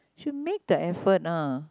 should make the effort lah